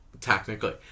technically